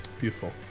Beautiful